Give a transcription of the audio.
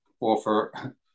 offer